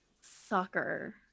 Soccer